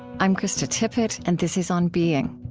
i'm krista tippett, and this is on being